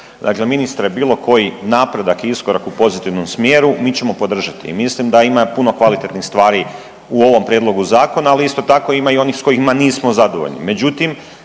Dakle ministre, bilo koji napredak, iskorak u pozitivnom smjeru mi ćemo podržati. I mislim da ima i puno kvalitetnih stvari u ovom prijedlogu zakona, ali isto tako ima i onih sa kojima nismo zadovoljni.